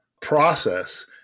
process